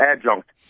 adjunct